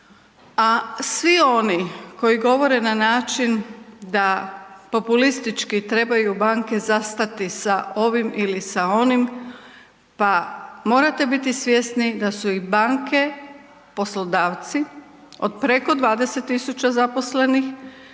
a svi oni koji govore na način da populistički trebaju banke zastati sa ovim ili sa onim, pa morate biti svjesni da su i banke poslodavci od preko 20 tisuća zaposlenih